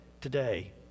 today